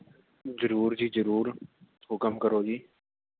ਜ਼ਰੂਰ ਜੀ ਜ਼ਰੂਰ ਹੁਕਮ ਕਰੋ ਜੀ